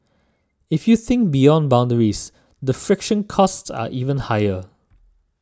if you think beyond boundaries the friction costs are even higher